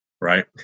Right